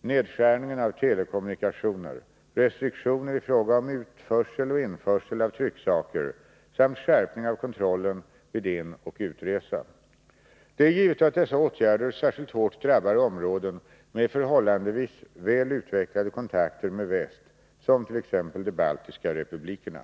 nedskärningen av telekommunikationer, restriktioner i fråga om utoch införsel av trycksaker samt skärpning av kontrollen vid inoch utresa. Det är givet att dessa åtgärder särskilt hårt drabbar områden med förhållandevis väl utvecklade kontakter med väst, som t.ex. de baltiska republikerna.